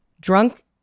drunk